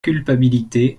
culpabilité